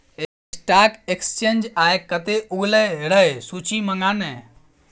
stock exchange आय कते उगलै रै सूची मंगा ने